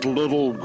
little